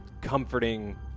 comforting